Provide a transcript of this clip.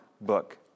book